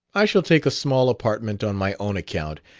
i shall take a small apartment on my own account,